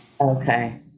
Okay